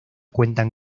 cuentan